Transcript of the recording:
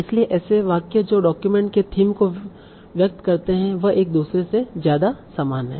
इसलिए ऐसे वाक्य जो डॉक्यूमेंट के थीम को व्यक्त करते हैं वह एक दूसरे से ज्यादा समान हैं